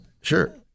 sure